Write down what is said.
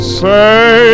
say